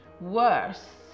Worse